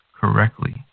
correctly